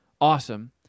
Awesome